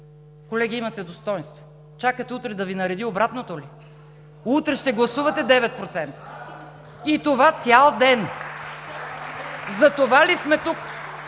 Колеги, имате достойнство. Чакате утре да Ви нареди обратното ли?! Утре ще гласувате 9%. И това цял ден! (Ръкопляскания